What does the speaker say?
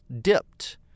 dipped